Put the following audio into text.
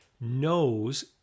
knows